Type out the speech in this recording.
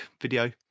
video